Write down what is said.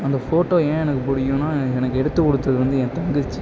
அந்த ஃபோட்டோ என் எனக்கு பிடிக்கும்னா எனக்கு எடுத்து கொடுத்தது வந்து என் தங்கச்சி